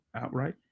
outright